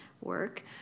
work